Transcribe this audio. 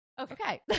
Okay